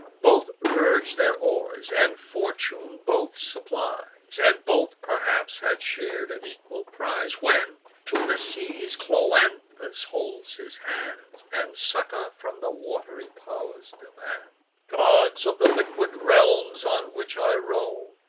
both urge their oars, and fortune both supplies, and both perhaps had shar'd an equal prize when to the seas cloanthus holds his hands, and succor from the wat'ry pow'rs demands gods of the liquid realms, on which i row!